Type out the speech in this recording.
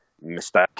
mistake